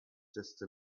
just